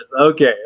okay